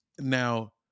Now